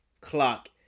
clock